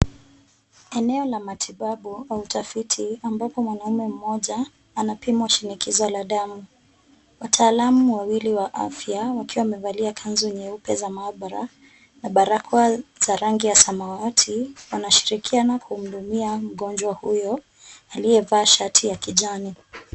Eneo la matibabu au utafiti ambapo mwanaume mmoja anapimwa shinikizo la damu. Wataalamu wawili wa afya wakiwa wamevalia kanzu nyeupe za maabara na barakoa za rangi ya samawati wanashirikiana kumhudumia mgonjwa huyo aliyevaa shati ya kijani.